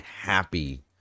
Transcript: happy